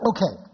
Okay